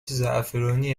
زعفرانی